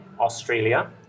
Australia